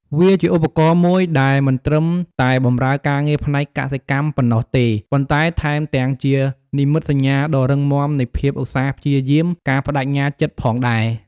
វាជាឧបករណ៍មួយដែលមិនត្រឹមតែបម្រើការងារផ្នែកកសិកម្មប៉ុណ្ណោះទេ ប៉ុន្តែថែមទាំងជានិមិត្តសញ្ញាដ៏រឹងមាំនៃភាពឧស្សាហ៍ព្យាយាម ការប្តេជ្ញាចិត្តផងដែរ។